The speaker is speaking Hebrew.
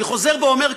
אני חוזר ואומר,